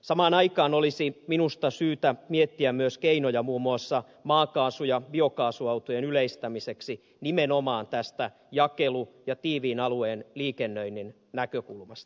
samaan aikaan olisi minusta syytä miettiä myös keinoja muun muassa maakaasu ja biokaasuautojen yleistämiseksi nimenomaan tästä jakelu ja tiiviin alueen liikennöinnin näkökulmasta